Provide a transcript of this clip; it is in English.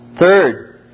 Third